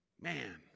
Man